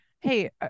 Hey